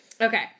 Okay